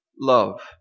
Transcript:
love